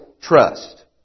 trust